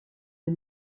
les